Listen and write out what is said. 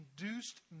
induced